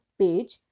page